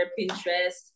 Pinterest